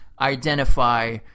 identify